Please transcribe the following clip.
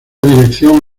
dirección